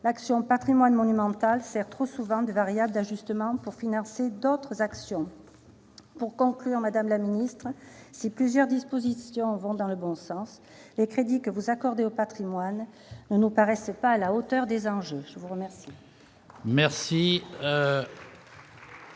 L'action Patrimoine monumental sert trop souvent de variable d'ajustement pour financer d'autres actions. Pour conclure, madame la ministre, si plusieurs dispositions vont dans le bon sens, les crédits que vous accordez au programme « Patrimoines » ne nous paraissent pas à la hauteur des enjeux. La parole